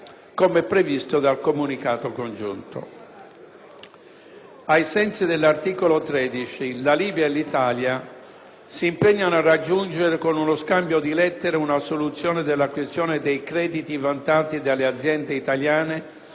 come previsto dal Comunicato congiunto. Ai sensi dell'articolo 13, la Libia e l'Italia si impegnano a raggiungere con uno scambio di lettere una soluzione della questione dei crediti vantati dalle aziende italiane